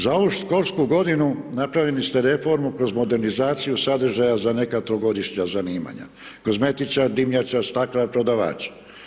Za ovu školsku godinu napravili ste reformu kroz modernizaciju sadržaja za neka trogodišnja zanimanja, kozmetičar, dimnjačar, staklar, prodavač.